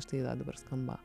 štai va dabar skamba